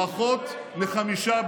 פחות מחמישה ביום.